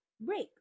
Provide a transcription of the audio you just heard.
break